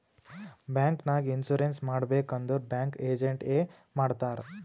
bank ನಾಗ್ insurance ಮಾಡಬೇಕ್ ಅಂದುರ್ ಬ್ಯಾಂಕ್ ಏಜೆಂಟ್ ಎ ಮಾಡ್ತಾರ್